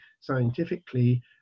scientifically